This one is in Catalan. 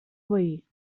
veí